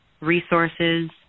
resources